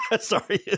Sorry